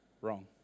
wrong